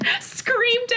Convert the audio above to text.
Screamed